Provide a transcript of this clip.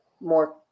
more